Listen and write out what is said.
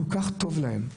כל כך טוב להן.